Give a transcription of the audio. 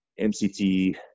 MCT